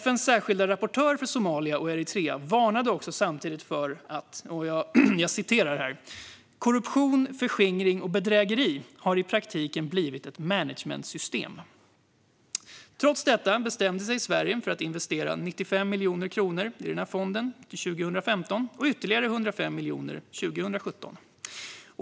FN:s särskilda rapportör för Somalia och Eritrea varnade samtidigt för att korruption, förskingring och bedrägeri i praktiken har blivit ett management-system. Trots detta bestämde sig Sverige för att investera 95 miljoner kronor i fonden 2015 och ytterligare 105 miljoner 2017.